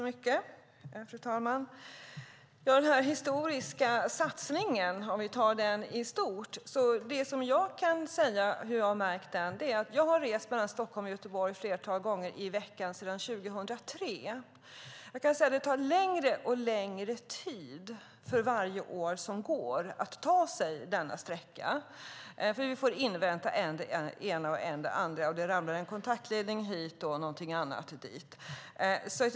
Fru talman! Jag kan säga hur jag har märkt den här historiska satsningen, om vi tar den i stort. Jag har rest mellan Stockholm och Göteborg ett flertal gånger i veckan sedan 2003. Det tar längre och längre tid för varje år som går att ta sig denna sträcka. Vi får invänta än det ena och än det andra, och det ramlar en kontaktledning hit och någonting annat dit.